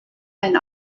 ein